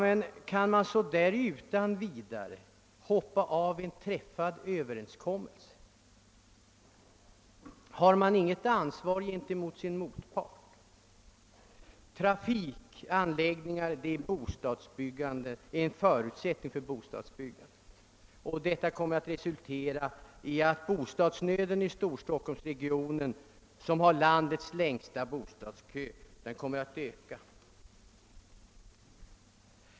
Men kan man verkligen så där utan vidare hoppa av från en träffad överenskommelse? Har man inget ansvar gentemot sin motpart? Trafikanläggningar är en förutsättning för bostadsbyggandet, och statens handlingssätt i detta fall kommer att resultera i att bostadsnöden i Storstockholmsregionen — som har landets längsta bostadskö — kommer att ytterligare öka.